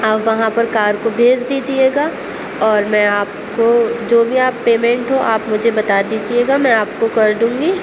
آپ وہاں پر کار کو بھیج دیجیے گا اور میں آپ کو جو بھی آپ پیمینٹ ہو آپ مجھے بتا دیجیے گا میں آپ کو کر دوں گی